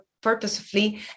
purposefully